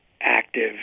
active